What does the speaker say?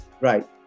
Right